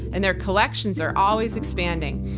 and their collections are always expanding.